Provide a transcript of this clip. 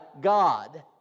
God